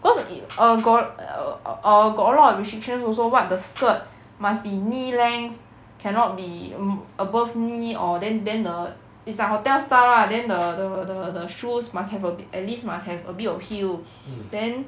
cause it err got uh got a lot of restrictions also what the skirt must be knee length cannot be above knee or then then the is like hotel style lah then the shoes must have a bi~ at least must have a bit of heel then